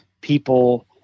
people